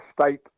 state